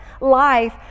life